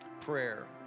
prayer